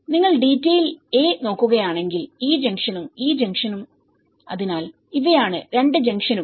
നിങ്ങൾ detail A നോക്കുകയാണെങ്കിൽ ഈ ജംഗ്ഷനുംഈ ജംഗ്ഷനും അതിനാൽ ഇവയാണ് 2 ജംഗ്ഷനുകൾ